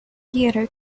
theater